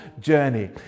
journey